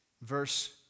Verse